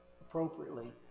appropriately